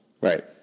Right